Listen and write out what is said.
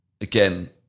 again